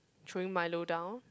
throwing Milo down